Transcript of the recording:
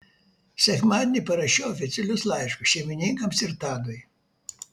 sekmadienį parašiau oficialius laiškus šeimininkams ir tadui